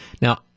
now